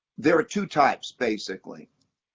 there are two types, basically.